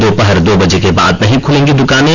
दोपहर दो बजे के बाद नहीं खुलेंगी दुकानें